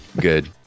Good